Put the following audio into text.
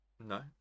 No